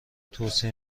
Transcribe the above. توصیه